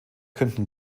könnten